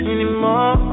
Anymore